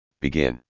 Begin